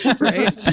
right